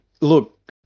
Look